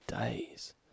days